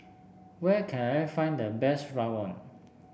where can I find the best rawon